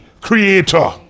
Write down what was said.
creator